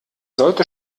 sollte